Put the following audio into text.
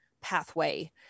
pathway